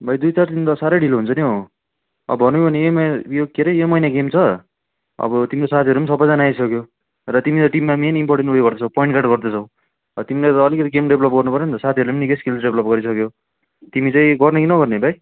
भाइ दुई चार दिन त साह्रै ढिलो हुन्छ नि हौ भनौँ भने यो महिना यो के हरे यो महिना गेम छ अब तिम्रो साथीहरू सबैजना आइसक्यो र तिमी त टिममा मेन इम्पोर्टेन्ट उयो गर्दैछौँ पोइन्ट गार्ड गर्दैछौँ र तिमीले त अलिकिति गेम डेभलोप गर्नु पऱ्यो नि त साथीहरूले निकै स्किल्स डेभलोप गरिसक्यो तिमी चाहिँ गर्ने कि नगर्ने भाइ